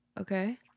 Okay